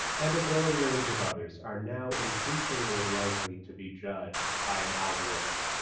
and a growing range of others are now increasingly likely to be judged by an algorithm,